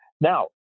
Now